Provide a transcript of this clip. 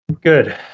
Good